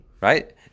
Right